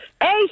Hey